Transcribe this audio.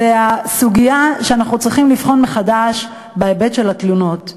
אנחנו צריכים לבחון מחדש את ההיבט של התלונות.